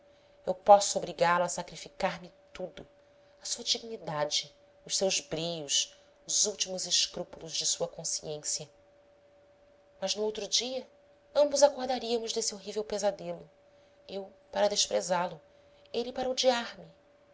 eu posso obrigá lo a sacrificar me tudo a sua dignidade os seus brios os últimos escrúpulos de sua consciência mas no outro dia ambos acordaríamos desse horrível pesadelo eu para desprezá lo ele para